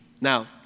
Now